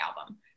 album